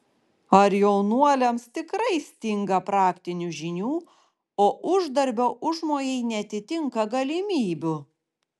ar jaunuoliams tikrai stinga praktinių žinių o uždarbio užmojai neatitinka galimybių